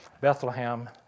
Bethlehem